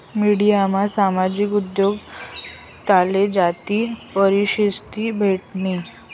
मिडियामा सामाजिक उद्योजकताले जास्ती परशिद्धी भेटनी